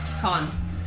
Con